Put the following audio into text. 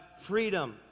freedom